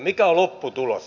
mikä on lopputulos